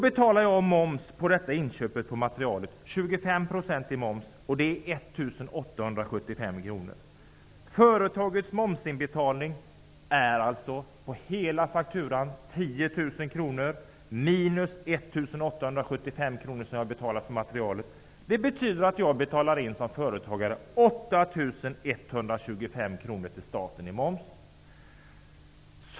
En moms betalas på inköpet av materialet på 25 %, vilket motsvarar 1 875 kr. Företagets momsinbetalning på hela fakturan blir alltså 10 000 kr minus de 1 875 kr som har betalats för materialet. Det betyder att företagaren betalar in 8 125 kr i moms till staten.